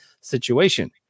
situation